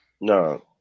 No